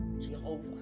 Jehovah